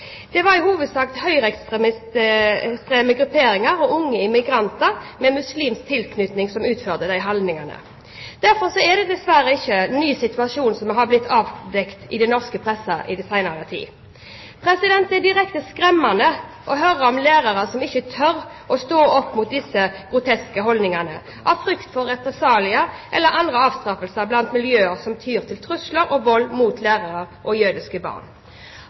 Det var i hovedsak høyreekstreme grupperinger og unge immigranter med muslimsk tilknytning som hadde slike holdninger. Derfor er det dessverre ikke en ny situasjon som har blitt avdekt i norsk presse i den senere tid. Det er direkte skremmende å høre om lærere som ikke tør stå opp mot disse groteske holdningene av frykt for represalier eller andre avstraffelser fra miljøer som tyr til trusler og vold mot lærere og jødiske barn.